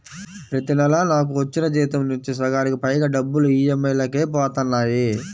ప్రతి నెలా నాకు వచ్చిన జీతం నుంచి సగానికి పైగా డబ్బులు ఈ.ఎం.ఐ లకే పోతన్నాయి